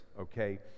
Okay